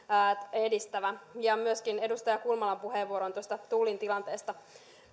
edistävä ja myöskin edustaja kulmalan puheenvuoroon tullin tilanteesta